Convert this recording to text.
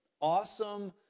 awesome